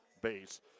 base